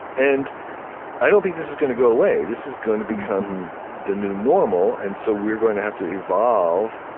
and i don't think this is gonna go away. this is going to become the new normal, and so we're going to have to evolve